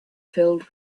filled